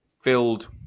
filled